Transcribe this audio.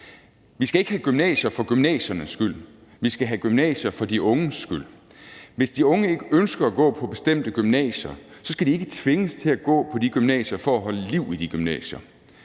Vi skal ikke have gymnasier for gymnasiernes skyld. Vi skal have gymnasier for de unges skyld, og hvis de unge ikke ønsker at gå på bestemte gymnasier, skal de ikke tvinges til at gå på de gymnasier for at holde liv i de gymnasier.